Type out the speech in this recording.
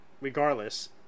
regardless